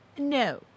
No